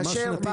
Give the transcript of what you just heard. ברמה שנתית.